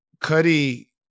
Cuddy